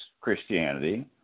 Christianity